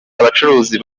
abacuruzi